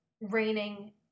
raining